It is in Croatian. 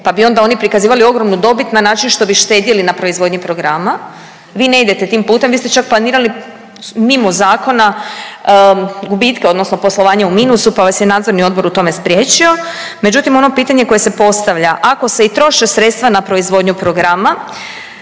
pa bi onda oni prikazivali ogromnu dobit na način što bi štedjeli na proizvodnji programa. Vi ne idete tim putem, vi ste čak planirali mimo zakona gubitke odnosno poslovanje u minusu pa vas je nadzorni odbor u tome spriječio. Međutim, ono pitanje koje se postavlja, ako se i troše sredstva na proizvodnju programa,